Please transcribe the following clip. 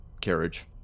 carriage